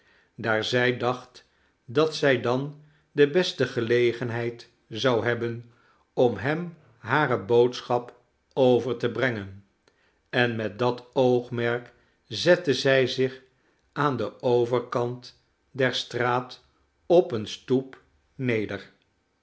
daar zij dacht dat zij dan de beste gelegenheid zou hebben om hem hare boodschap over te brengen en met dat oogmerk zette zij zich aan den overkant der straat op eene stoep neder